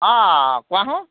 অঁ কোৱাচোন